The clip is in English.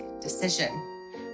decision